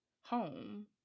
home